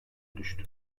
düştü